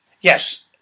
Yes